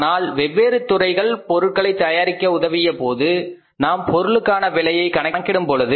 ஆனால் வெவ்வேறு துறைகள் பொருட்களை தயாரிக்க உதவிய போது நாம் பொருளுக்கான விலையை கணக்கிடும் பொழுது